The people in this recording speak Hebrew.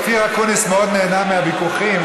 אופיר אקוניס מאוד נהנה מהוויכוחים,